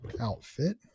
outfit